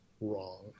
wrong